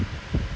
maybe it's